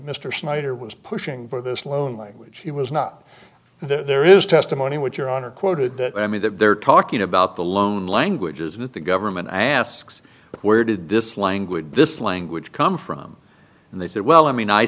mr snyder was pushing for this loan language he was not there is testimony which your honor quoted that i mean that they're talking about the loan language isn't the government asks where did this language this language come from and they said well i mean i